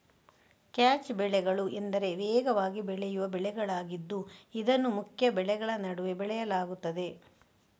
catch ಬೆಳೆಗಳು ಎಂದರೆ ವೇಗವಾಗಿ ಬೆಳೆಯುವ ಬೆಳೆಗಳಾಗಿದ್ದು ಇದನ್ನು ಮುಖ್ಯ ಬೆಳೆಗಳ ನಡುವೆ ಬೆಳೆಯಲಾಗುತ್ತದೆ